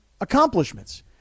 accomplishments